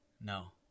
No